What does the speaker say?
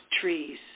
trees